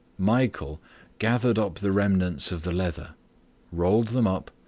michael gathered up the remnants of the leather rolled them up,